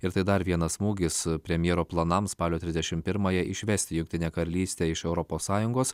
ir tai dar vienas smūgis premjero planams spalio trisdešim pirmąją išvesti jungtinę karalystę iš europos sąjungos